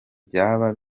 byaba